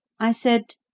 i said,